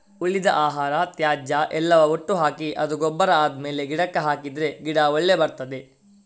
ಉಳಿದ ಆಹಾರ, ತ್ಯಾಜ್ಯ ಎಲ್ಲವ ಒಟ್ಟು ಹಾಕಿ ಅದು ಗೊಬ್ಬರ ಆದ್ಮೇಲೆ ಗಿಡಕ್ಕೆ ಹಾಕಿದ್ರೆ ಗಿಡ ಒಳ್ಳೆ ಬರ್ತದೆ